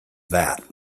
that